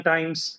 Times